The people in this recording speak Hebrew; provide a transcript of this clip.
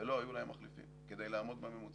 ולא היו להם מחליפים כדי לעמוד בממוצע.